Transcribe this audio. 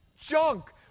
junk